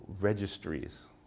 registries